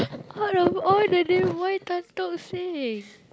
out of all the name why Tan-Tock-Seng